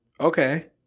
Okay